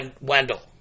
Wendell